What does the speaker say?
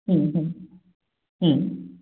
হুম হুম হুম